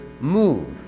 move